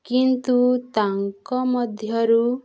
କିନ୍ତୁ ତାଙ୍କ ମଧ୍ୟରୁ